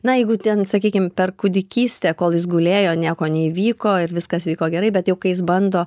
na jeigu ten sakykim per kūdikystę kol jis gulėjo nieko neįvyko ir viskas vyko gerai bet jau kai jis bando